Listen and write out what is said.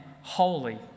holy